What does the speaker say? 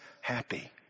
happy